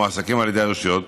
המועסקים על ידי הרשויות,